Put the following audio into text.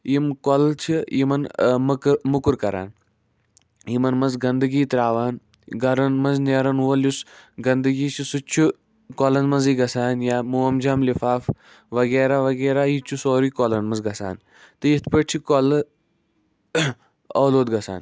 یِم کۄلہٕ چھِ یِمَن مۄکُر کران یِمَن منٛز گَندگی تراوان گرَنن منٛز نٮ۪رَن وول یُس گِندگی چھُ سُہ تہِ چھُ کۄلَن منٛزٕے گژھان یا موم جام لِفافہٕ وغیرہ وغیرہ یہِ تہِ چھُ سورُے کۄلَن منٛزٕے گژھان تہٕ یِتھۍ پٲٹھۍ چھِ کۄلہٕ ٲلوٗدٕ گژھان